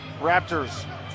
raptors